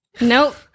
Nope